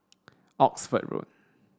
Oxford Road